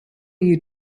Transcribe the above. you